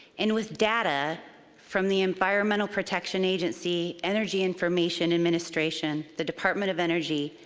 and with data from the environmental protection agency, energy information administration, the department of energy,